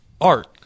art